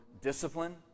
discipline